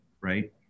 right